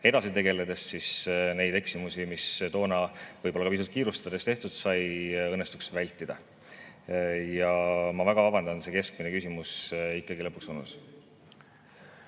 edasi tegeledes neid eksimusi, mis toona võib-olla ka pisut kiirustades tehtud sai, õnnestuks vältida. Ma väga vabandan, see keskmine küsimus ikkagi lõpuks ununes.